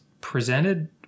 presented